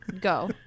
go